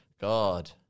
God